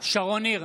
שרון ניר,